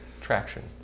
Traction